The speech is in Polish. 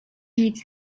nic